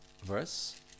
verse